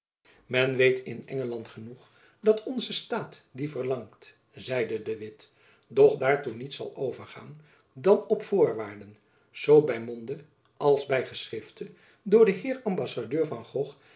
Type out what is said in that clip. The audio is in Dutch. men weet in engeland genoeg dat onze staat dien verlangt zeide de witt doch daartoe niet zal overgaan dan op de voorwaarden zoo by monde als by geschrifte door den heer ambassadeur van